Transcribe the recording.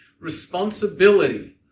responsibility